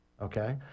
okay